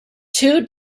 two